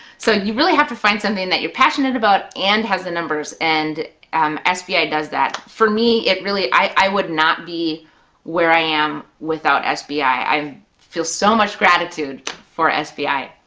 so you really have to find something that you're passionate about, and has the numbers, and sbi! does that. for me, it really, i would not be where i am without sbi, i feel so much gratitude for sbi.